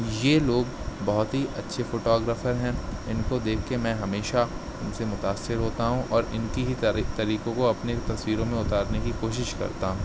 یہ لوگ بہت ہی اچھے فوٹوگرافر ہیں ان کو دیکھ کے میں ہمیشہ ان سے متاثر ہوتا ہوں اور ان کی ہی طری طریقوں کو اپنے تصویروں میں اتارنے کی کوشش کرتا ہوں